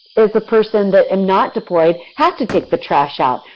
as a person that am not deployed, had to take the trash out.